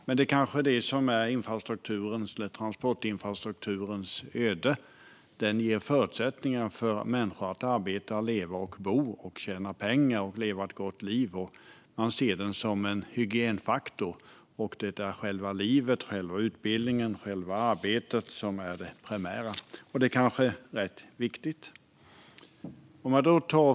Men det är kanske det som är transportinfrastrukturens öde. Den ger förutsättningar för människor att bo och arbeta, tjäna pengar och leva ett gott liv. Man ser den som en hygienfaktor. Det är själva livet, själva utbildningen, själva arbetet, som är det primära, och det är kanske rätt viktigt. Fru talman!